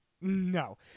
No